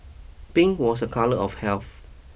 pink was a colour of health